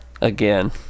Again